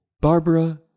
Barbara